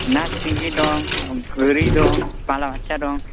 ना सिंगि दं गोरि दं बालाबाथिया दं